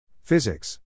Physics